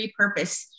repurpose